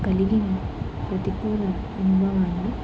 కలిగిన ప్రతికూల అనుభవాలు